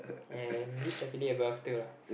and live happily ever after lah